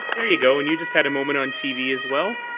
there you go. and you just had a moment on t v. as well.